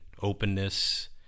openness